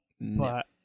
but-